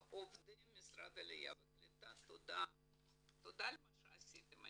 לעובדי משרד העלייה והקליטה תודה על מה שעשיתם.